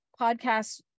podcasts